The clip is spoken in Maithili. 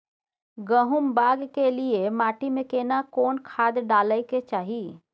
गहुम बाग के लिये माटी मे केना कोन खाद डालै के चाही?